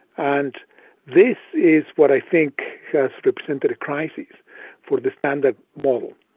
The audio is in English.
and this is what i think has represented a crises for the standard model.